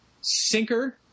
Sinker